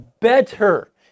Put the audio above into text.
better